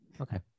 Okay